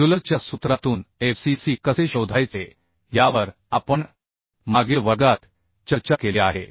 युलरच्या सूत्रातून f c c कसे शोधायचे यावर आपण मागील वर्गात चर्चा केली आहे